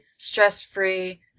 stress-free